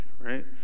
right